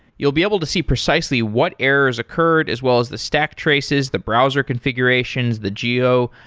you'll be able to see precisely what errors occurred as well as the stack traces, the browser configurations, the geo,